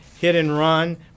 hit-and-run